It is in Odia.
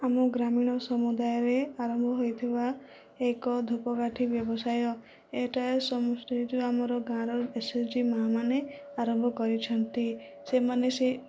ଆମ ଗ୍ରାମୀଣ ସମୁଦାୟରେ ଆରମ୍ଭ ହୋଇଥିବା ଏକ ଧୂପକାଠି ବ୍ୟବସାୟ ଏଟା ସମସ୍ତେ ଯେଉଁ ଆମର ଗାଁର ଏସ୍ଏଚ୍ଜି ମାଆ ମାନେ ଆରମ୍ଭ କରିଛନ୍ତି ସେମାନେ ସେ